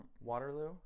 Waterloo